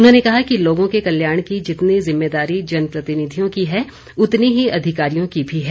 उन्होंने कहा कि लोगों के कल्याण की जितनी जिम्मेदारी जनप्रतिनिधियों की है उतनी ही अधिकारियों की भी है